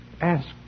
Ask